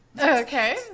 okay